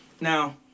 Now